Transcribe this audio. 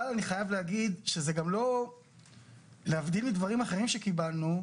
אבל אני חייב להגיד להבדיל מדברים אחרים שקיבלנו,